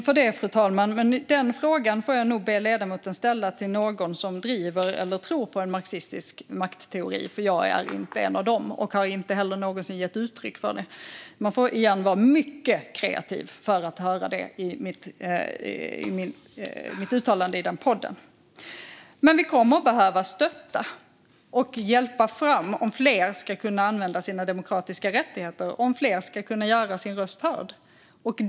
Fru talman! Den frågan får jag nog be ledamoten ställa till någon som driver eller tror på en marxistisk maktteori. Jag är inte en av dem, och jag har inte heller någonsin gett uttryck för det. Man får vara mycket kreativ för att höra det i mitt uttalande i den podden. Vi kommer att behöva stötta och hjälpa till om fler ska kunna använda sina demokratiska rättigheter, om fler ska kunna göra sin röst hörd.